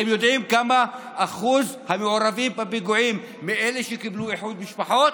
אתם יודעים מה אחוז המעורבים בפיגועים מבין אלה שקיבלו איחוד משפחות?